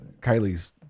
Kylie's